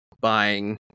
buying